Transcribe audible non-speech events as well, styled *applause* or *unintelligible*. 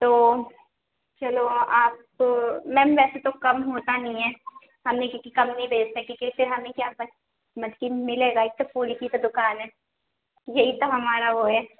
تو چلو آپ تو میم ویسے تو کم ہوتا نہیں ہے ہم یہ کیونکہ کم نہیں دیتے کیونکہ اس سے ہمیں کیا *unintelligible* لیکن ملے گا اس سے پھول ہی کی تو دکان ہے یہی تو ہمارا وہ ہے